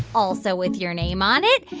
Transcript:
also with your name on it,